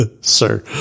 Sir